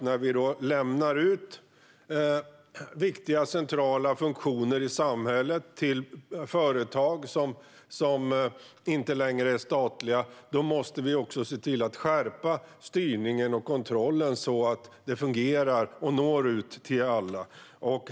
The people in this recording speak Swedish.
När vi lämnar ut centrala funktioner i samhället till företag som inte längre är statliga måste vi också skärpa styrningen och kontrollen så att det fungerar och når ut till alla.